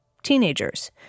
Teenagers